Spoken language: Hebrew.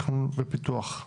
ופיתוח.